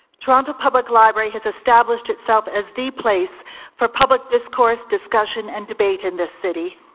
toronto public library has established itself as the place for public discourse, discussion, and debate in this city,